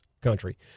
country